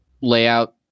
layout